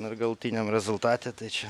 nu ir galutiniam rezultate tai čia